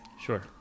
Sure